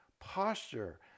posture